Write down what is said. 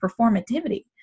performativity